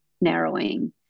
narrowing